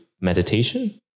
meditation